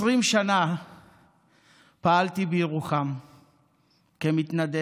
20 שנה פעלתי בירוחם כמתנדב,